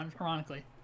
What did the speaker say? ironically